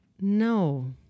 No